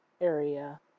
area